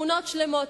שכונות שלמות,